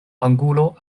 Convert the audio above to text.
angulo